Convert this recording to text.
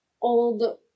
old